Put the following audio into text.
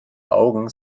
augen